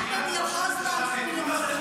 גם בניר עוז לא הלכו לראות --- אני אסביר לך למה.